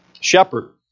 Shepherd